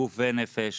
גוף ונפש,